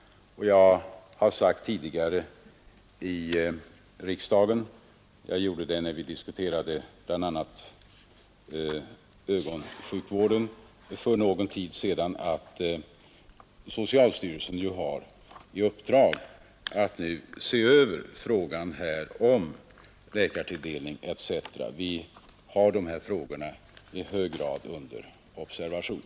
Jag har sagt tidigare i riksdagen — jag gjorde det bl.a. när vi diskuterade ögonsjukvärden för någon tid sedan — att socialstyrelsen har i uppdrag att nu göra en allsidig översyn av programmet för läkartilldelningen. Vi har de här frågorna i hög grad under observation.